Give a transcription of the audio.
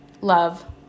love